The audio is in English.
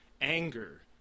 anger